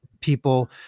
people